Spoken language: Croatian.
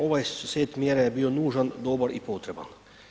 Ovaj set mjera je bio dužan, dobar i potreban.